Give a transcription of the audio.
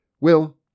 Will